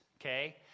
okay